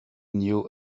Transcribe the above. knew